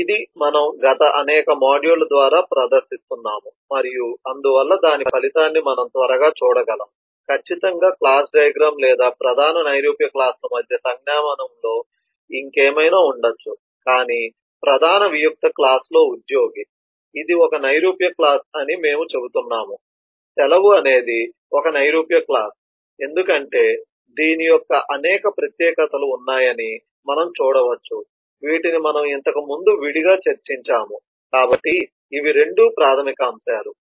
ఇవి మనం గత అనేక మాడ్యూళ్ళ ద్వారా ప్రదర్శిస్తున్నాము మరియు అందువల్ల దాని ఫలితాన్ని మనం త్వరగా చూడగలం ఖచ్చితంగా క్లాస్ డయాగ్రమ్ లేదా ప్రధాన నైరూప్య క్లాస్ ల సంజ్ఞామానం లో ఇంకేమైనా ఉండొచ్చు కానీ ప్రధాన వియుక్త క్లాస్ లో ఉద్యోగి ఇది ఒక నైరూప్య క్లాస్ అని మేము చెబుతున్నాము సెలవు అనేది ఒక నైరూప్య క్లాస్ ఎందుకంటే దీని యొక్క అనేక ప్రత్యేకతలు ఉన్నాయని మనం చూడవచ్చు వీటిని మనం ఇంతకుముందు విడిగా చర్చించాము కాబట్టి ఇవి 2 ప్రాథమిక అంశాలు